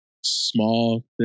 small